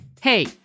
Hey